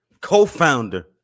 Co-founder